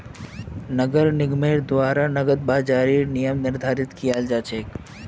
नगर निगमेर द्वारा नकद बाजारेर नियम निर्धारित कियाल जा छेक